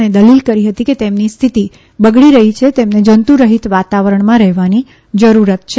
તેમણે દલીલ કરી હતી કે તેમની સ્થિતિ બગડી રહી છે અને તેમને જંતુરહિત વાતાવરણમાં રહેવાની જરૂરિયાત છે